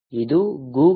ಇದು google